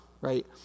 right